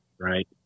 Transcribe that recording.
right